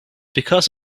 because